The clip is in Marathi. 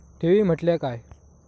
ठेवी म्हटल्या काय?